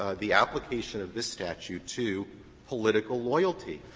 ah the application of this statute to political loyalty.